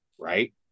right